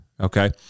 okay